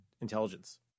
intelligence